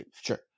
Sure